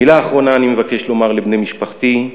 מילה אחרונה אני מבקש לבני משפחתי,